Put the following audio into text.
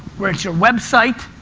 where it's your website.